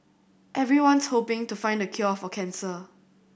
everyone's hoping to find the cure for cancer